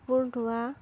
কাপোৰ ধোৱা